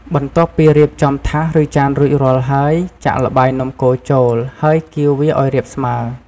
បន្ទាប់ពីរៀបចំថាស ឬ ចានរួចរាល់ហើយ ចាក់ល្បាយនំកូរចូល ហើយកៀរវាឱ្យរាបស្មើ។